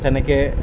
তেনেকৈ